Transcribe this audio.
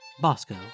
Bosco